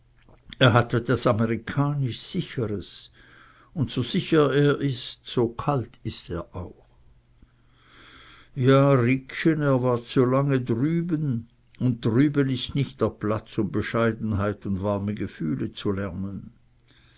er hat etwas amerikanisch sicheres und so sicher er ist so kalt ist er auch ja riekchen er war zu lange drüben und drüben ist nicht der platz um bescheidenheit und warme gefühle zu lernen